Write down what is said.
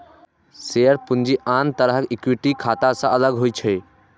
share पूंजी आन तरहक इक्विटी खाता सं अलग होइ छै